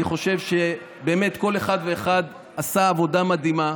אני באמת חושב שכל אחד ואחד עשה עבודה מדהימה.